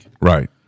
Right